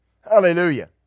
Hallelujah